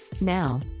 Now